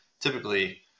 Typically